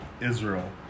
Israel